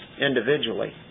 individually